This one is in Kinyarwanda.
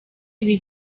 ibi